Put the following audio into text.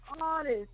artist